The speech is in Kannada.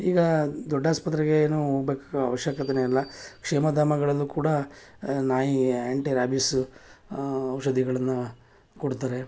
ಈಗ ದೊಡ್ಡ ಆಸ್ಪತ್ರೆಗೇನೂ ಹೋಗ್ಬೇಕಾದ ಅವಶ್ಯಕತೆಯೇ ಇಲ್ಲ ಕ್ಷೇಮಧಾಮಗಳಲ್ಲೂ ಕೂಡ ನಾಯಿ ಆ್ಯಂಟಿ ರ್ಯಾಬಿಸ್ ಔಷಧಿಗಳನ್ನು ಕೊಡ್ತಾರೆ